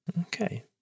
Okay